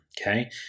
Okay